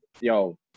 yo